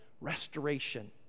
restoration